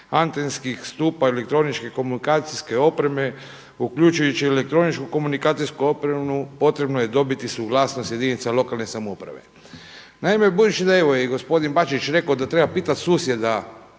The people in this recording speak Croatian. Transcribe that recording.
antenskih stupa i elektroničke komunikacijske opreme uključujući i elektroničku komunikacijsku opremu potrebno je dobiti suglasnost jedinica lokalne samouprave. Naime, budući da je evo i gospodin Bačić rekao da treba pitati susjeda